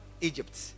egypt